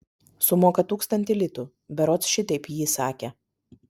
sumoka tūkstantį litų berods šitaip ji sakė